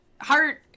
Heart